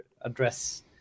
address